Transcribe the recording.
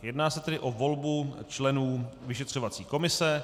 Jedná se tedy o volbu členů vyšetřovací komise.